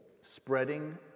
spreading